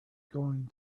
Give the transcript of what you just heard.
going